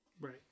Right